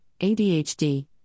ADHD